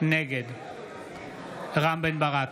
נגד רם בן ברק,